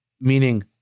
meaning